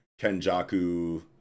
Kenjaku